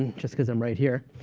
and just because i'm right here.